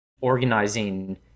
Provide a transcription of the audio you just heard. organizing